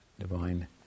Divine